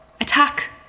Attack